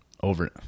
over